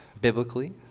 biblically